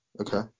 Okay